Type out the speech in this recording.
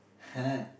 !huh!